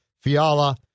Fiala